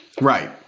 Right